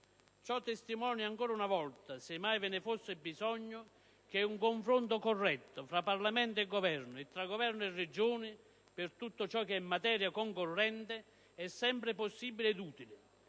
testimonia ancora una volta, se mai ve ne fosse bisogno, che un confronto corretto fra Parlamento e Governo e tra Governo e Regioni, per tutto quanto è materia concorrente, è sempre possibile ed utile,